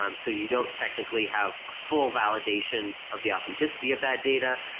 um so you don't technically have a full validation of the authenticity of that data,